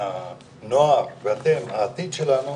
הנוער ואתם העתיד שלנו,